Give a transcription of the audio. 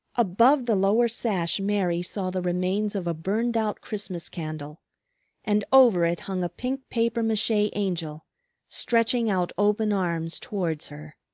above the lower sash mary saw the remains of a burned-out christmas candle and over it hung a pink papier-mache angel stretching out open arms towards her.